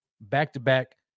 back-to-back